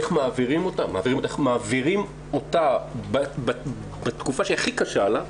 איך מעבירים אותה בתקופה שהיא הכי קשה לה,